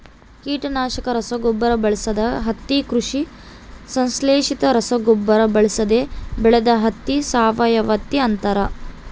ಕೀಟನಾಶಕ ರಸಗೊಬ್ಬರ ಬಳಸದ ಹತ್ತಿ ಕೃಷಿ ಸಂಶ್ಲೇಷಿತ ರಸಗೊಬ್ಬರ ಬಳಸದೆ ಬೆಳೆದ ಹತ್ತಿ ಸಾವಯವಹತ್ತಿ ಅಂತಾರ